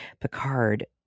Picard